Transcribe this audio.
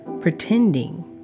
pretending